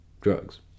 drugs